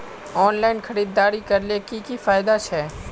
Online खरीदारी करले की की फायदा छे?